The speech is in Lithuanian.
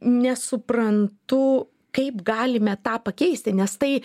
nesuprantu kaip galime tą pakeisti nes tai